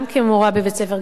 גם כמורה בבית-ספר,